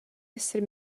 esser